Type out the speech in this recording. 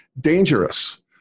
dangerous